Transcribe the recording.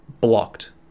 blocked